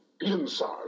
inside